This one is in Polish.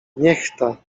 niechta